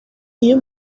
iyo